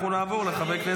עאידה